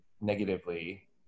negatively